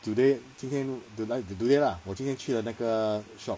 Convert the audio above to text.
today 今天 tonight today lah 我今天去了那个 workshop